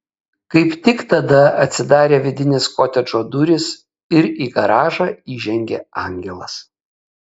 kaip tik tada atsidarė vidinės kotedžo durys ir į garažą įžengė angelas